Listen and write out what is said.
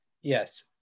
yes